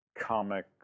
comic